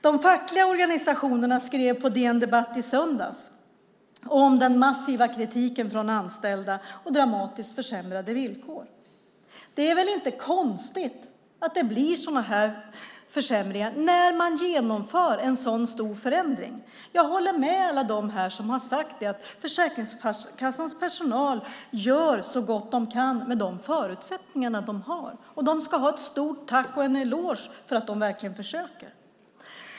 De fackliga organisationerna skrev på DN Debatt i söndags om den massiva kritiken från de anställda och dramatiskt försämrade villkor. Det är väl inte konstigt att det blir försämringar när man genomför en sådan stor förändring. Jag håller med alla dem här som har sagt att Försäkringskassans personal gör så gott de kan med de förutsättningar de har. De ska ha ett stort tack och en eloge för att de verkligen försöker.